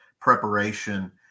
preparation